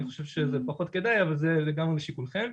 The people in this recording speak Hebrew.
אני חושב שזה פחות כדאי אבל זה לגמרי לשיקולכם.